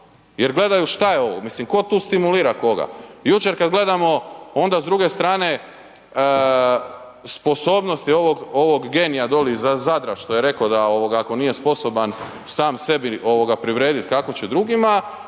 jer gledaju šta je ovo, mislim ko tu stimulira koga. Jučer kad gledamo onda s druge strane sposobnosti ovog genija dolje izu Zadra što je rekao da ako nije sposoban sam sebi privredit, kako će drugima